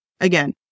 again